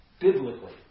Biblically